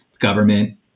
government